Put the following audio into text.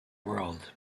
world